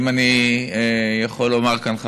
אם אני יכול לומר כאן,